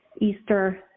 Easter